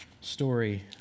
story